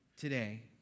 today